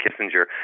Kissinger